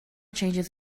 changes